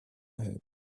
had